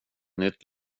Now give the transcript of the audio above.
nytt